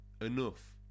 enough